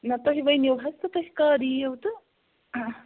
نَہ تُہۍ ؤنِو حظ تہٕ تُہۍ کَر یِیُو تہٕ